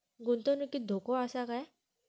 गुंतवणुकीत धोको आसा काय?